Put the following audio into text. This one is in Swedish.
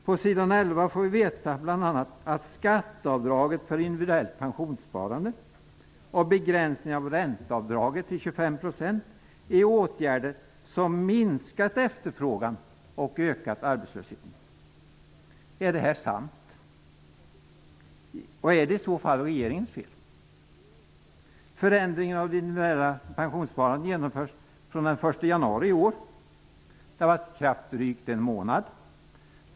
På s. 11 får vi veta att bl.a. skatteavdraget för individuellt pensionssparande och begränsningen av ränteavdraget till 25 % är åtgärder som har minskat efterfrågan och ökat arbetslösheten. Är detta sant? Och är det i så fall regeringens fel? Förändringen i det individuella pensionssparandet genomfördes den 1 januari i år och har varit i kraft drygt en månad.